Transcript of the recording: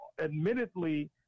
Admittedly